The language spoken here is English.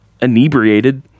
inebriated